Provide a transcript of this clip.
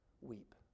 weep